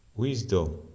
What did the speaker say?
Wisdom